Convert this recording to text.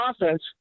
offense